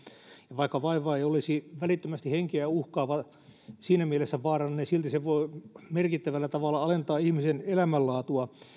vaikka vaiva ei olisi välittömästi henkeä uhkaava ja siinä mielessä vaarallinen silti se voi merkittävällä tavalla alentaa ihmisen elämänlaatua